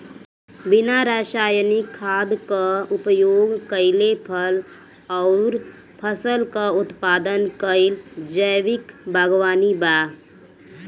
बिना रासायनिक खाद क उपयोग कइले फल अउर फसल क उत्पादन कइल जैविक बागवानी बा